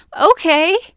okay